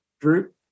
Drew